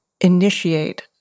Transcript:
initiate